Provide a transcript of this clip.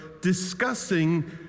discussing